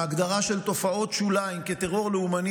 ההגדרה של תופעות שוליים כטרור לאומני,